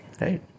Right